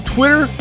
Twitter